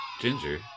Ginger